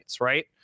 right